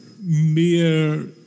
mere